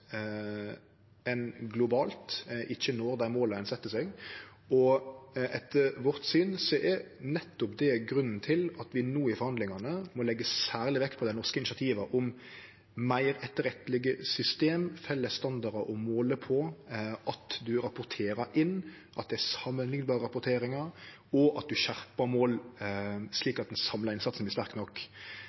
ein globalt ikkje når dei måla ein set seg. Etter vårt syn er nettopp det grunnen til at vi no i forhandlingane må leggje særleg vekt på dei norske initiativa om meir pålitelege system, felles standardar å måle på, at ein rapporterer inn, at det er samanliknbare rapporteringar, og at ein skjerpar måla, slik at den samla innsatsen er sterk nok.